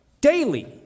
daily